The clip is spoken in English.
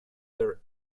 their